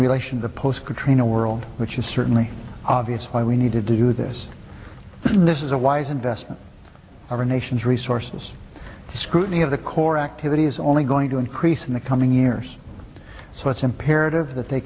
relation to post katrina world which is certainly obvious why we need to do this this is a wise investment our nation's resources scrutiny of the core activity is only going to increase in the coming years so it's imperative that they